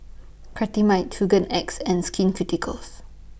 Cetrimide Hygin X and Skin Ceuticals